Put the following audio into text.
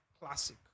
classic